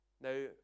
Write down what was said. Now